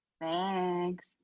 thanks